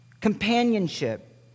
companionship